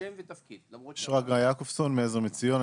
שרגא יעקובסון מעזר מציון.